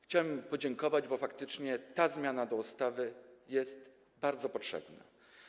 Chciałem mu podziękować, bo faktycznie ta zmiana ustawy jest bardzo potrzebna.